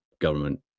Government